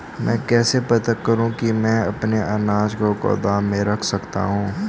मैं कैसे पता करूँ कि मैं अपने अनाज को गोदाम में रख सकता हूँ?